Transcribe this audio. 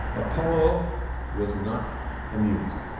apollo was not amused